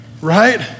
right